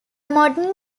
modern